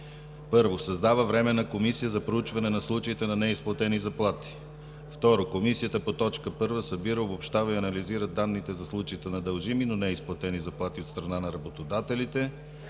1. Създава Временна комисия за проучване на случаите на неизплатени заплати. 2. Комисията по т. 1 събира, обобщава и анализира данните за случаите на дължими, но неизплатени заплати от страна на работодателите.